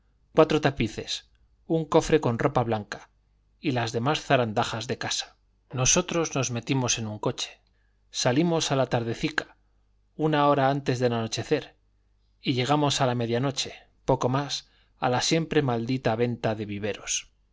cuatro tapices un cofre con ropa blanca y las demás zarandajas de casa nosotros nos metimos en un coche salimos a la tardecica una hora antes de anochecer y llegamos a la media noche poco más a la siempre maldita venta de viveros